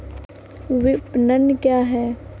विपणन क्या है?